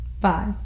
bye